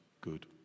good